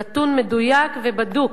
נתון מדויק ובדוק.